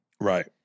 Right